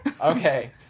Okay